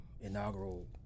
inaugural